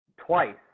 twice